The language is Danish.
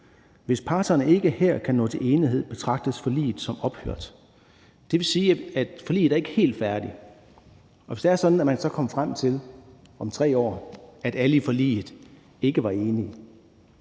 Hvis parterne ikke her kan nå til enighed, betragtes forliget som ophørt.« Det vil sige, at forliget ikke er helt færdigt. Hvis det er sådan, at man så om 3 år kom frem til, at alle i forliget ikke var enige,